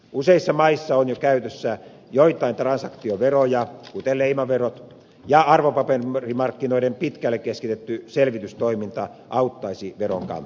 useissa maissa on jo käytössä joitain transaktioveroja kuten leimaverot ja arvopaperimarkkinoiden pitkälle keskitetty selvitystoiminta auttaisi veronkannossa